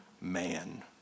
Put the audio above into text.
man